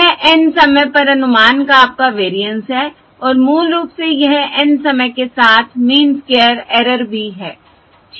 यह N समय पर अनुमान का आपका वेरिएंस है और मूल रूप से यह N समय के साथ मीन स्क्वायर एरर भी है ठीक